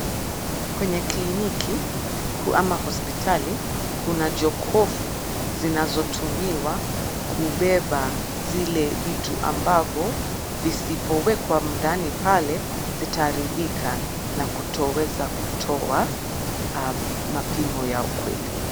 Kwenye kliniki ama hospitali kuna jokofu zinazotumiwa kubeba zile vitu ambavo visipowekwa ndani pale zitaharibika na kutoweza kutoa mapimo ya ukweli.